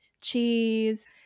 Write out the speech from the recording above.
cheese